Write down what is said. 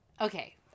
Okay